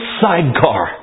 sidecar